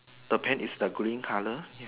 the paint is the green color ya